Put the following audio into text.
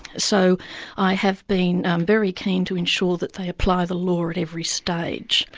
so i have been very keen to ensure that they apply the law at every stage.